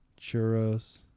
churros